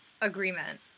agreement